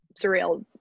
surreal